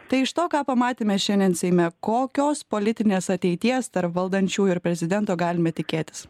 tai iš to ką pamatėme šiandien seime kokios politinės ateities tarp valdančiųjų ir prezidento galime tikėtis